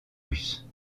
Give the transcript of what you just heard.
russes